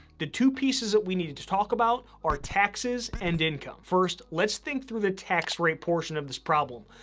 the two pieces that we needed to talk about are taxes and income. first, let's think through the tax rate portion of this problem.